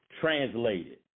translated